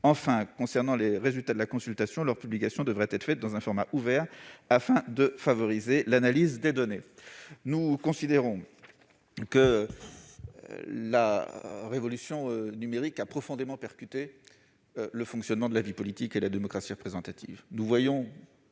concernant les résultats de la consultation, leur publication devra être faite dans un format ouvert afin de favoriser l'analyse des données. Nous considérons que la révolution numérique a violemment percuté le fonctionnement de la vie politique et de la démocratie représentative. Nous pouvons